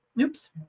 oops